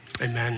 amen